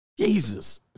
Jesus